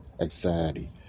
anxiety